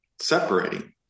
separating